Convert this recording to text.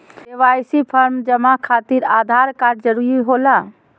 KYC form जमा खातिर Aadhaar card जरूरी होला?